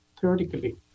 theoretically